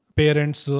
parents